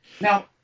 Now